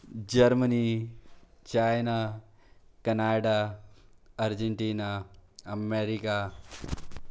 Germany China Canada Argentina America